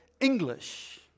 English